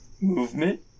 Movement